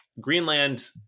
Greenland